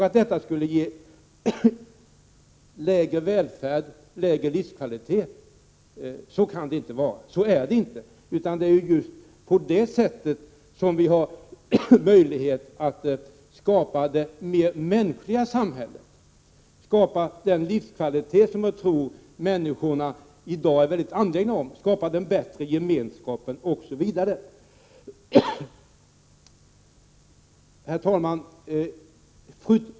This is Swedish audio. Att detta skulle ge lägre livskvalitet och välfärd är inte riktigt. Just på det sättet har vi möjlighet att skapa ett mänskligare samhälle, få den livskvalitet som jag tror att människor i dag är väldigt angelägna om att få, skapa en bättre gemenskap osv. Fru talman!